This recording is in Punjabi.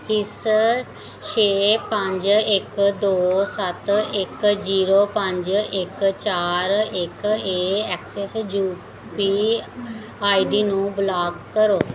ਇਸ ਛੇ ਪੰਜ ਇੱਕ ਦੋ ਸੱਤ ਇੱਕ ਜ਼ੀਰੋ ਪੰਜ ਇੱਕ ਚਾਰ ਇੱਕ A Axis U P I D ਨੂੰ ਬਲਾਕ ਕਰੋ